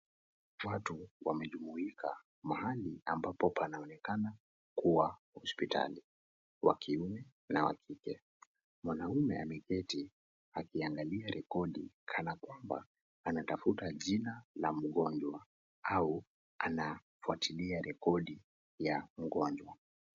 Watu wamejumuika mahali ambapo panaonekana kuwa hospitali, wa kiume na wa kike. Mwanamme ameketi akiangalia rekodi kanakwamba anatafuta jina la mgonjwa au anafuatilia rekodi ya mgonjwa.